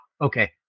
okay